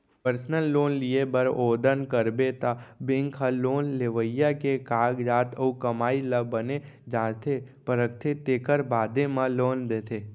personal loan लिये बर ओवदन करबे त बेंक ह लोन लेवइया के कागजात अउ कमाई ल बने जांचथे परखथे तेकर बादे म लोन देथे